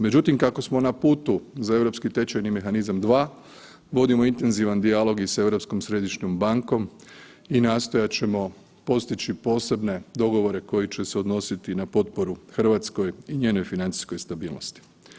Međutim, kako smo na putu za Europski tečajni mehanizam 2, vodimo intenzivan dijalog i s Europskom središnjom bankom i nastojati ćemo postići posebne dogovore koji će se odnositi na potporu RH i njenoj financijskoj stabilnosti.